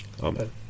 Amen